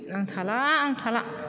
आं थाला आं थाला